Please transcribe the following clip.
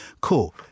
cool